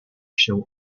się